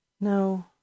No